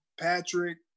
Patrick